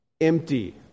empty